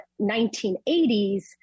1980s